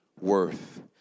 worth